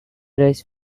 rice